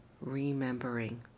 remembering